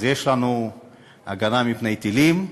אז יש לנו הגנה מפני טילים,